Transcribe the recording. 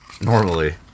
Normally